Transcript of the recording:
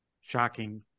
shocking